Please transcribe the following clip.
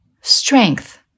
strength